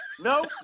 No